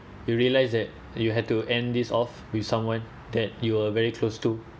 you realise that you had to end this off with someone that you were very close to